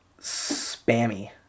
Spammy